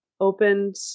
opened